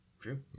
True